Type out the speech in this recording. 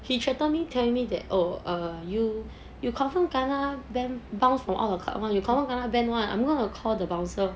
he threatened me telling me that oh err you you confirm kena ban bounce from out of club [one] you confirm kena ban [one] I'm going to call the bouncer